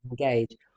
engage